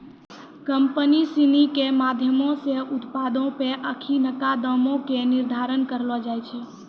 company सिनी के माधयमो से उत्पादो पे अखिनका दामो के निर्धारण करलो जाय छै